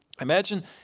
Imagine